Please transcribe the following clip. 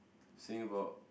say about